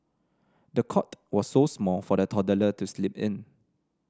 the cot was so small for the toddler to sleep in